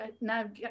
now